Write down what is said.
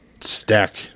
stack